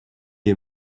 est